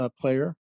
player